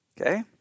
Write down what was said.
Okay